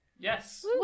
Yes